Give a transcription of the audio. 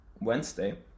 Wednesday